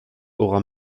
aura